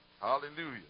Hallelujah